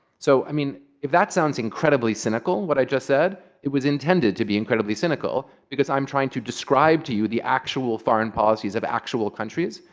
so i mean if that sounds incredibly cynical, what i just said, it was intended to be incredibly cynical, because i'm trying to describe to you the actual foreign policies of actual countries.